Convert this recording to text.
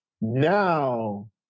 Now